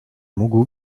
mógł